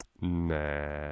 Nah